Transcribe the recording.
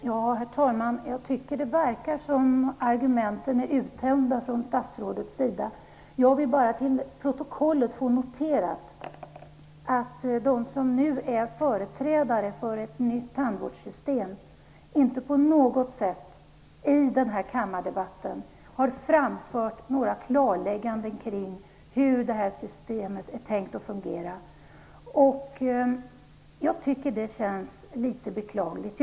Herr talman! Jag tycker att det verkar som om argumenten är uttömda från statsrådets sida. Jag vill bara till protokollet få noterat att de som nu förespråkar ett nytt tandvårdssystem i den här kammardebatten inte har framfört några klarlägganden kring hur systemet är tänkt att fungera. Det är beklagligt.